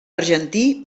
argentí